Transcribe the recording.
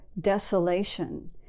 desolation